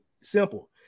simple